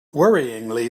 worryingly